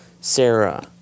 Sarah